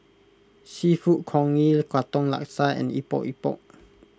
Seafood Congee Katong Laksa and Epok Epok